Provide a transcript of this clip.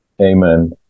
Amen